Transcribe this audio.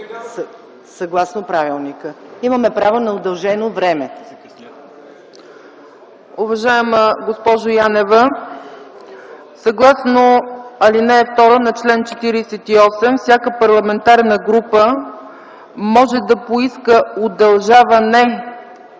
Съгласно правилника имаме право на удължено време.